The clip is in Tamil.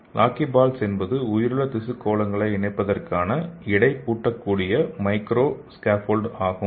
லாக்கிபால்ஸ் என்பது உயிருள்ள திசு கோளங்களை இணைப்பதற்கான இடை பூட்டக்கூடிய மைக்ரோ ஸ்கேப்போல்டு ஆகும்